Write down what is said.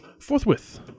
forthwith